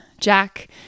Jack